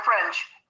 French